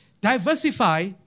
Diversify